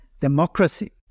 democracy